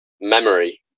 memory